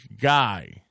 guy